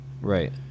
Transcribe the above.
right